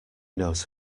knows